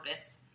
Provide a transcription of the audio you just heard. bits